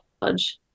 college